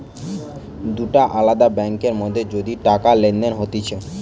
দুটা আলদা ব্যাংকার মধ্যে যদি টাকা লেনদেন হতিছে